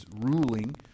ruling